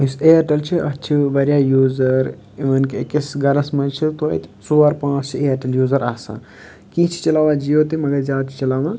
یُس اِیَرٹیٚل چھُ اَتھ چھِ واریاہ یوٗزَر اِوٕن کہِ أکِس گَرَس منٛز چھِ توتہِ ژور پانٛژھ چھِ اِیَرٹیٚل یوٗزَر آسان کیٚنٛہہ چھِ چَلاوان جِیو تہِ مگر زیادٕ چھِ چَلاوان